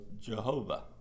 Jehovah